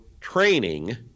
training